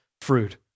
fruit